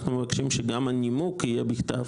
אנחנו מבקשים שגם הנימוק יהיה בכתב.